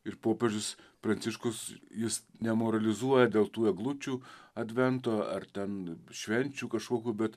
ir popiežius pranciškus jis nemoralizuoja dėl tų eglučių advento ar ten švenčių kažkokių bet